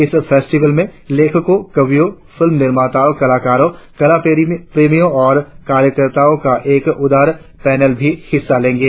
इस फेस्टिवल में लेखको कवियों फिल्म निर्माताओ कलाकारों कला प्रेमियों और कार्यकर्ताओ का एक उदार पैनल भी हिस्सा लेंगे